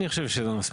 אני חושב שזה מספיק.